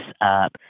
up